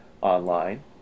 online